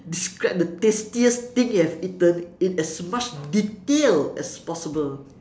describe the tastiest thing you have eaten in as much detail as possible